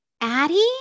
Addy